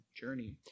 journey